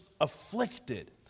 afflicted